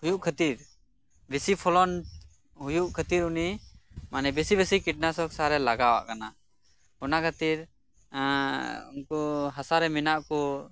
ᱦᱩᱭᱩᱜ ᱠᱷᱟᱹᱛᱤᱨ ᱵᱮᱥᱤ ᱯᱷᱚᱞᱚᱱ ᱦᱩᱭᱩᱜ ᱠᱷᱟᱹᱛᱤᱨ ᱩᱱᱤ ᱢᱟᱱᱮ ᱵᱮᱥᱤ ᱵᱮᱥᱤ ᱠᱤᱴᱱᱟᱥᱚᱠ ᱥᱟᱨᱮ ᱞᱟᱜᱟᱣᱟᱜ ᱠᱟᱱᱟ ᱚᱱᱟ ᱠᱷᱟᱹᱛᱤᱨᱩᱱᱠᱩ ᱦᱟᱟᱥᱟᱨᱮᱱ ᱢᱮᱱᱟᱜ ᱠᱩ